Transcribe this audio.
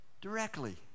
directly